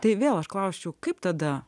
tai vėl klausčiau kaip tada